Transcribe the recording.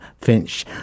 Finch